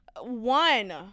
one